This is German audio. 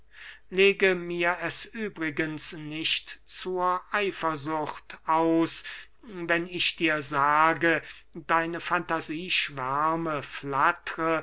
lege mir es übrigens nicht zur eifersucht aus wenn ich dir sage deine fantasie schwärme flattre